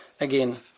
again